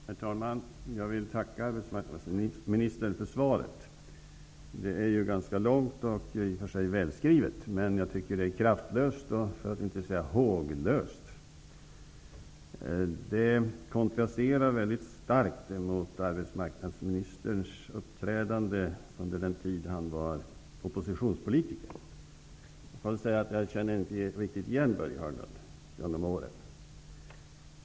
Herr talman! Jag vill tacka arbetsmarknadsministern för svaret. Det är ganska långt och i och för sig välskrivet, men jag tycker att det är kraftlöst, för att inte säga håglöst. Det kontrasterar väldigt starkt mot arbetsmarknadsministerns uppträdande under den tid han var oppositionspolitiker. Jag känner inte riktigt igen Börje Hörnlund.